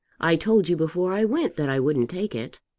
i told you before i went that i wouldn't take it.